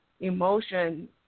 emotion